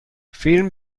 فیلم